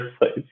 place